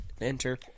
enter